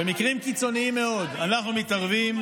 במקרים קיצוניים מאוד אנחנו מתערבים,